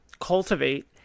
cultivate